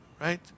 right